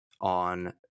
on